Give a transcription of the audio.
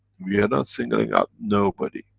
we are not singling out nobody.